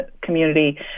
community